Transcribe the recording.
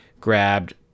grabbed